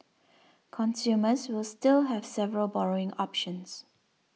consumers will still have several borrowing options